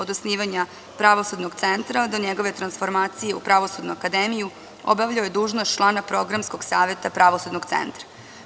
Od osnivanja Pravosudnog centra do njegove transformacije u Pravosudnu akademiju, obavljao je dužnost člana Programskog saveta Pravosudnog centra.